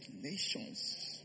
nations